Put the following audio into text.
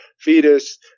fetus